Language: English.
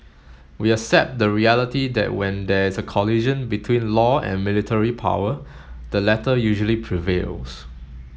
we accept the reality that when there is a collision between law and military power the latter usually prevails